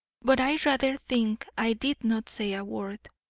but i rather think i did not say a word,